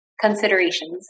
considerations